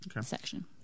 section